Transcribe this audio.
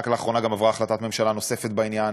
רק לאחרונה גם עברה החלטת ממשלה נוספת בעניין,